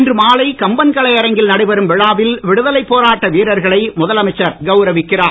இன்று மாலை கம்பன்கலையரங்கில் நடைபெறும் விழாவில் விடுதலைப் போராட்ட வீரர்களை முதலமைச்சர் கவுரவிக்கிறார்